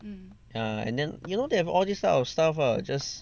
yeah and then you know they have all this type of stuff lah just